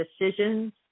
decisions